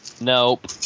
Nope